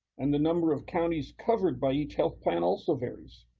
and the number of counties covered by each health plan also varies.